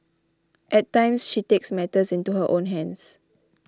at times she takes matters into her own hands